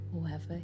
whoever